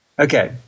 Okay